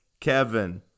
Kevin